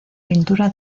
pintura